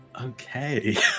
okay